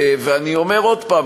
ואני אומר עוד פעם,